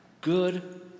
good